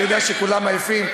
אני יודע שכולם עייפים,